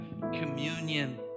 communion